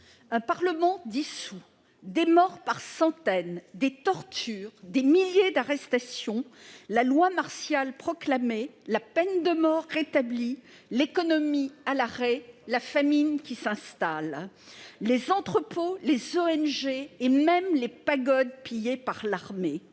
Un parlement dissous, des morts par centaines, des tortures, des milliers d'arrestations, la loi martiale proclamée, la peine de mort rétablie, l'économie à l'arrêt, la famine qui s'installe, les ONG mises en cause, les entrepôts attaqués et même les pagodes pillées par l'armée